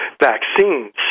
vaccines